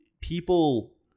people